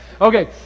Okay